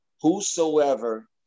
whosoever